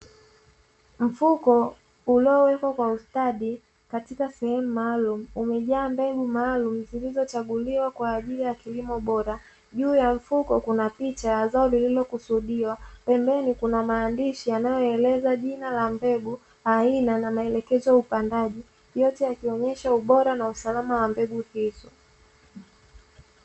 Mfuko uliowekwa kwa ustadi katika sehemu maalum umejaa mbegu maalum zilizochaguliwa kwa ajili ya kilimo bora juu ya mfuko kuna picha ya zao lililokusudiwa pembeni kuna maandishi yanayoeleza jina la mbegu, aina na maelekezo ya upandaji yote yakionesha ubora na usalama wa mbegu hizo.